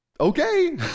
Okay